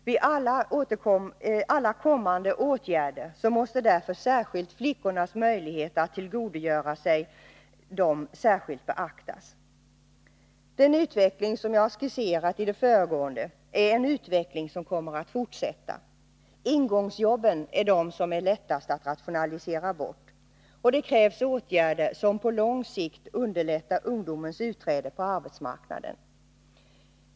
Vid alla kommande åtgärder måste därför flickornas möjligheter att tillgodogöra sig dem beaktas särskilt. Den utveckling som jag har skisserat i det föregående är en utveckling som kommer att fortsätta. Ingångsjobben är de som är lättast att rationalisera bort, och det krävs åtgärder som på lång sikt underlättar ungdomens utträde på arbetsmarknaden.